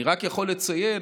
אני רק יכול לציין